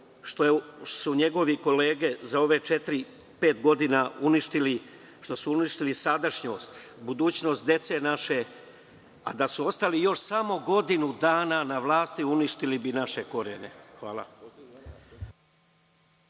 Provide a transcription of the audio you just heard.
što su njegove kolege za ove četiri, pet godine uništile sadašnjost, budućnost dece naše, a da su ostali još samo godinu dana na vlasti, uništili bi naše korene. Hvala.